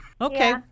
Okay